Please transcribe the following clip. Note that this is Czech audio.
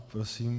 Prosím.